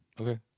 Okay